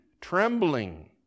trembling